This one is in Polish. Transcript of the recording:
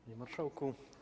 Panie Marszałku!